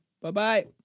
Bye-bye